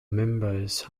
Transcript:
members